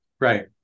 Right